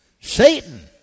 Satan